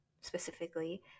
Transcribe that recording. specifically